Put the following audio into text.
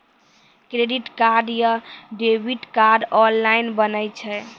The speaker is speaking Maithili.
क्रेडिट कार्ड या डेबिट कार्ड ऑनलाइन बनै छै?